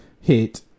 hit